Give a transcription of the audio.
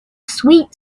sweet